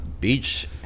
Beach